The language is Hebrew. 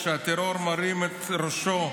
כשהטרור מרים את ראשו,